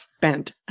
bent